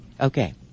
Okay